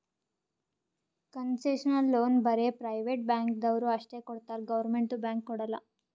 concessional loan ಬರೇ private ಬ್ಯಾಂಕ್ದವ್ರು ಅಷ್ಟೇ ಕೊಡ್ತಾರ್ ಗೌರ್ಮೆಂಟ್ದು ಬ್ಯಾಂಕ್ ಕೊಡಲ್ಲ